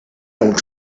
dont